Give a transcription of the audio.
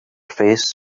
face